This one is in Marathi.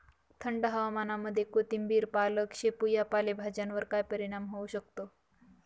थंड हवामानामध्ये कोथिंबिर, पालक, शेपू या पालेभाज्यांवर काय परिणाम होऊ शकतो?